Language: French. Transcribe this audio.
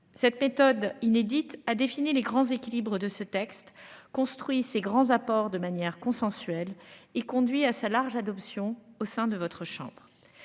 Cette méthode inédite a défini les grands équilibres de ce texte construit ces grands apports de manière consensuelle, il conduit à sa large adoption au sein de votre chambre.